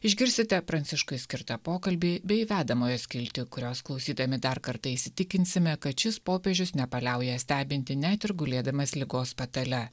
išgirsite pranciškui skirtą pokalbį bei vedamojo skiltį kurios klausydami dar kartą įsitikinsime kad šis popiežius nepaliauja stebinti net ir gulėdamas ligos patale